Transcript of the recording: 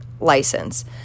license